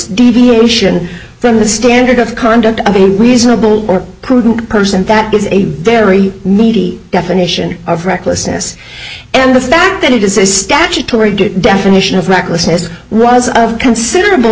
gross from the standard of conduct of any reasonable or prudent person that is a very needy definition of recklessness and the fact that it is a statutory definition of recklessness was of considerable